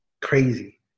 crazy